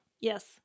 Yes